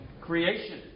Creation